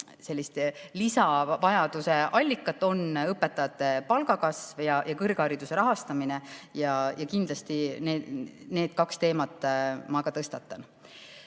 põhilist lisavajaduse allikat: õpetajate palga kasv ja kõrghariduse rahastamine. Kindlasti ma need kaks teemat ka tõstatan.